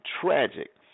tragic